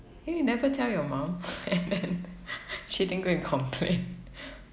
then you never tell your mum and then she didn't go and complain